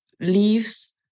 leaves